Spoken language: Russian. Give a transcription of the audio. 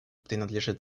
принадлежит